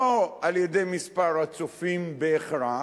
לא על-ידי מספר הצופים בהכרח,